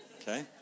okay